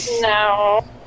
No